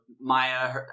Maya